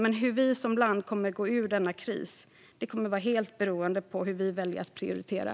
Men hur vi som land kommer att gå ur denna kris kommer att vara helt beroende av hur vi hur väljer att prioritera.